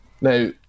Now